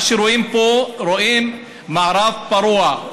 מה שרואים פה, רואים מערב פרוע.